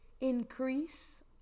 increase